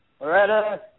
Loretta